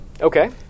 Okay